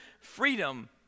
freedom